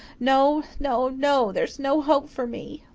no no no, there's no hope for me.